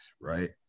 right